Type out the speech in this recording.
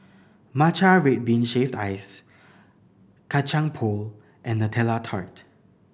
matcha red bean shaved ice Kacang Pool and Nutella Tart